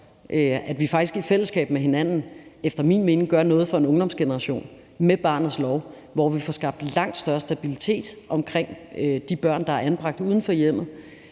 mening i fællesskab med hinanden med barnets lov gør noget for en ungdomsgeneration, hvor vi får skabt en langt større stabilitet omkring de børn, der er anbragt uden for hjemmet.